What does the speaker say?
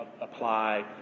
apply